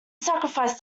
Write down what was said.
sacrifice